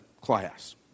class